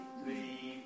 three